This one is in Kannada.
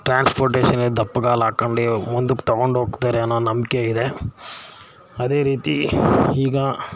ಟ್ರ್ಯಾನ್ಸ್ಫೊರ್ಟೇಷನ್ ದಾಪ್ಗಾಲು ಹಾಕ್ಕೊಂಡೆ ಮುಂದಕ್ಕೆ ತೊಗೊಂಡೋಗ್ತಾರೆ ಅನ್ನೋ ನಂಬಿಕೆ ಇದೆ ಅದೇ ರೀತಿ ಈಗ